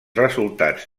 resultats